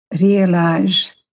realize